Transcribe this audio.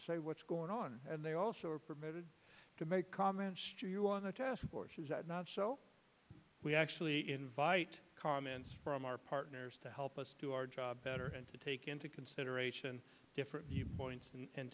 say what's going on and they also are permitted to make comments to you on the task force is that not so we actually invite comments from our partners to help us do our job better to take into consideration different viewpoints and